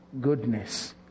Goodness